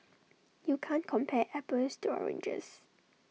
you can't compare apples to oranges